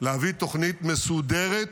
להביא תוכנית מסודרת